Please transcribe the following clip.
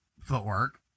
footwork